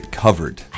covered